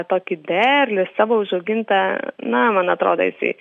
tokį derlių savo užaugintą na man atrodo jisai